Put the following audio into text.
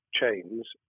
chains